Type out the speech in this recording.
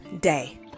day